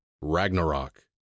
Ragnarok